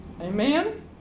Amen